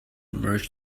merge